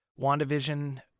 WandaVision